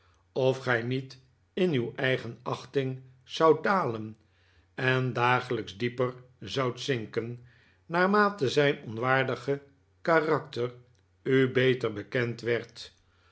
of gij niet in uw eigen achting zoudt dalen en dagelijks dieper zoudt zinken naarmate zijn onwaardige karakter u beter bekend werd